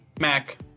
Mac